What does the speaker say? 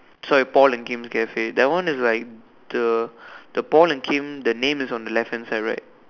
sorry Paul and Kim's cafe that one is like the the Paul and Kim the name is on the left hand side right